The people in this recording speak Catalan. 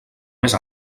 més